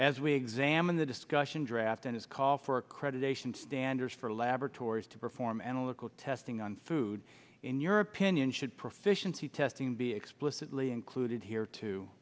as we examine the discussion draft and its call for accreditation standards for laboratories to perform analytical testing on food your opinion should proficiency testing be explicitly included here too